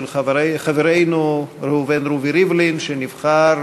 של חברנו ראובן רובי ריבלין שנבחר